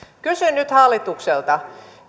kysyn nyt hallitukselta